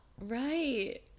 right